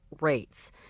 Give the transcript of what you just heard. rates